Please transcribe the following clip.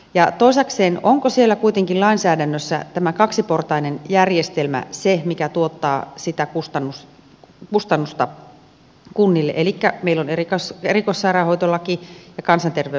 ja toisekseen onko kuitenkin lainsäädännössä tämä kaksiportainen järjestelmä se mikä tuottaa sitä kustannusta kunnille kun meillä on erikoissairaanhoitolaki ja kansanterveyslaki